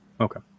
Okay